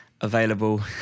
Available